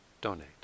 donate